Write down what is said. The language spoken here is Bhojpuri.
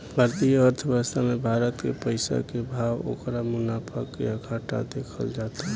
भारतीय अर्थव्यवस्था मे भारत के पइसा के भाव, ओकर मुनाफा या घाटा देखल जाता